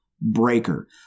breaker